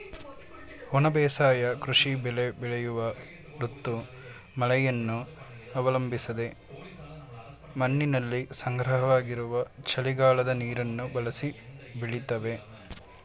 ಒಣ ಬೇಸಾಯ ಕೃಷಿ ಬೆಳೆ ಬೆಳೆಯುವ ಋತು ಮಳೆಯನ್ನು ಅವಲಂಬಿಸದೆ ಮಣ್ಣಿನಲ್ಲಿ ಸಂಗ್ರಹವಾಗಿರುವ ಚಳಿಗಾಲದ ನೀರನ್ನು ಬಳಸಿ ಬೆಳಿತವೆ